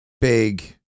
big